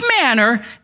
manner